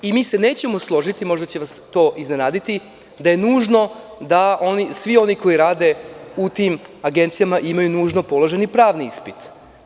Nećemo se složiti, možda će vas to iznenaditi, da je nužno da svi oni koji rade u tim agencijama imaju položen pravni ispit.